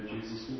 Jesus